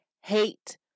hate